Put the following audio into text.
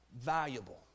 valuable